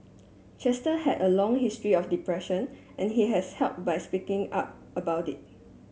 Chester had a long history of depression and he has help by speaking up about it